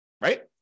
Right